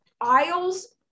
aisles